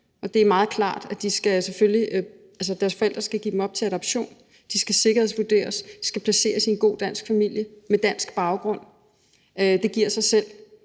Det er meget klart, at deres forældre selvfølgelig skal bortadoptere dem, og at de skal sikkerhedsvurderes og placeres i en god dansk familie med dansk baggrund; det giver sig selv.